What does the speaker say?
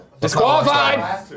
Disqualified